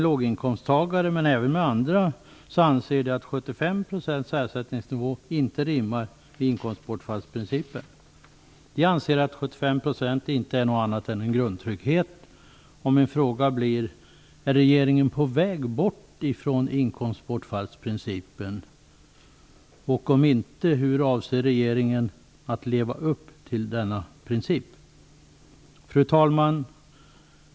Låginkomsttagare, och även andra man talar med, anser att 75 % ersättningsnivå inte rimmar med inkomstbortfallsprincipen. De anser att 75 % inte är något annat än en grundtrygghet. Min fråga blir: Är regeringen på väg bort från inkomstbortfallsprincipen? Om inte, hur avser regeringen att leva upp till denna princip? Fru talman!